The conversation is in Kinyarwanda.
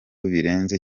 birenze